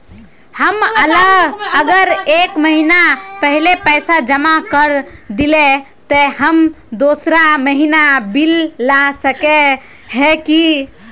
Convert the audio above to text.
हम अगर एक महीना पहले पैसा जमा कर देलिये ते हम दोसर महीना बिल ला सके है की?